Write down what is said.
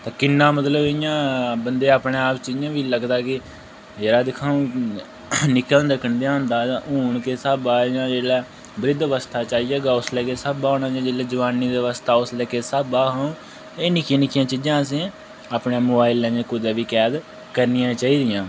ते कि'न्ना मतलब कि इ'यां बंदे ई अपने आप च इ'यां बी लगदा कि यरा दिक्खां अ'ऊं नि'क्का होंदे कनेहा होंदा हा हून किस स्हाबै दा जां जेल्लै वृद्ध अवस्था च आइयै उसलै किस स्हाबै दा होना जां जेल्लै जवानी अवस्था उसलै किस स्हाबै दा हा अ'ऊं एह् नि'क्कियां नि'क्कियां चीज़ां असें अपने मोबाइल जां कुदै बी कैद करनियां चाही दियां